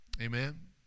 Amen